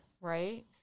Right